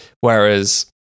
Whereas